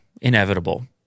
Inevitable